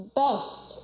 best